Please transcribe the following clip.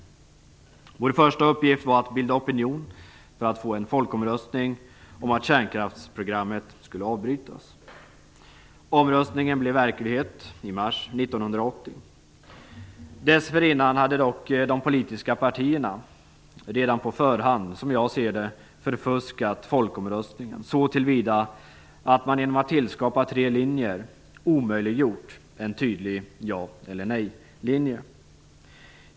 Vår första uppgift var att bilda opinion för att få till stånd en folkomröstning för att kärnkraftsprogrammet skulle avbrytas. Omröstningen blev verklighet i mars 1980. Dessförinnan hade dock de politiska partierna, som jag ser det, redan på förhand förfuskat folkomröstningen så till vida att man genom att skapa tre linjer omöjliggjort en tydlig ja eller nej-linje.